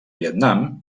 vietnam